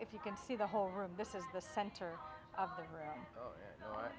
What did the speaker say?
if you can see the whole room this is the center of the room